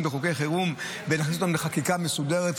בחוקי חירום ולהכניס אותם לחקיקה מסודרת.